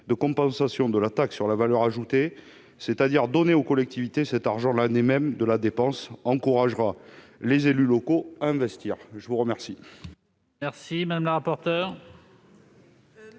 de compensation pour la taxe sur la valeur ajoutée (FCTVA), c'est-à-dire donner aux collectivités cet argent l'année même de la dépense, encouragera les élus locaux à investir. Six